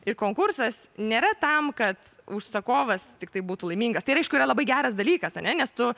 ir konkursas nėra tam kad užsakovas tiktai būtų laimingas tai ir aišku yra labai geras dalykas ane nes tu